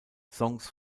songs